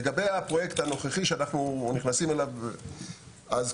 לגבי הפרויקט הנוכחי שאנחנו נכנסים אליו ראשית,